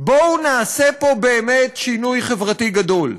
בואו נעשה פה באמת שינוי חברתי גדול.